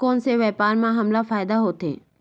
कोन से व्यापार म हमला फ़ायदा होथे?